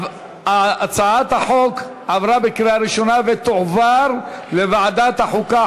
הצעת החוק עברה בקריאה ראשונה ותועבר לוועדת החוקה,